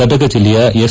ಗದಗ ಜಿಲ್ಲೆಯ ಎಸ್